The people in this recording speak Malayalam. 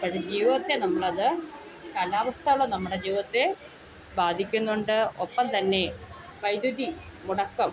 അപ്പോൾ ജീവതത്തെ നമ്മളത് കാലാവസ്ഥകൾ നമ്മുടെ ജീവിതത്തെ ബാധിക്കുന്നുണ്ട് ഒപ്പം തന്നെ വൈദ്യുതി മുടക്കം